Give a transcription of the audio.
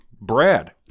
Brad